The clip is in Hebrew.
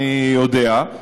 אני יודע,